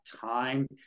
time